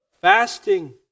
Fasting